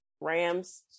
rams